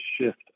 shift